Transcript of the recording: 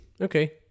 Okay